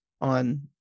on